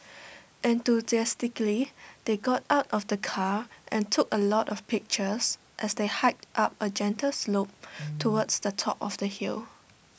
enthusiastically they got out of the car and took A lot of pictures as they hiked up A gentle slope towards the top of the hill